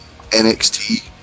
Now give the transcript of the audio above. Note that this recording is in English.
NXT